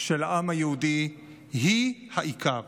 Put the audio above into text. של העם היהודי היא העיקר.